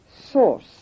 source